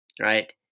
Right